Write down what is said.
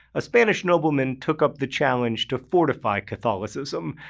a spanish nobleman took up the challenge to fortify catholicism.